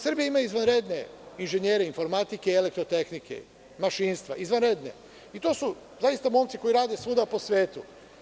Srbija ima izvanredne inžinjere informatike i elektrotehnike i to su zaista momci koji rade svuda po svetu.